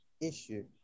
issue